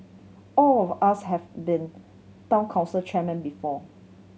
all of us have been Town Council chairmen before